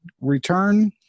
return